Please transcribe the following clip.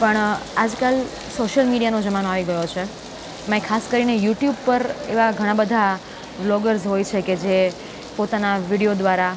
પણ આજ કાલ સોશ્યલ મીડિયાનો જમાનો આવી ગયો છે એમાં ખાસ કરીને યુટ્યુબ પર એવાં ઘણા બધા બ્લોગર્સ હોય છે કે જે પોતાના વિડીયો દ્વારા